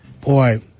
boy